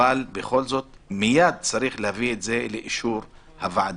אבל בכל זאת מיד צריך להביא את זה לאישור הוועדה.